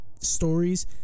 stories